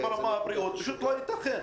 בעברית, פשוט לא ייתכן.